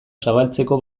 zabaltzeko